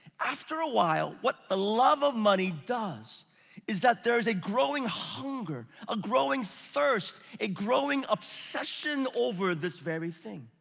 after a while, what the love of money does is that there is a growing hunger, a growing thirst, a growing obsession over this very thing.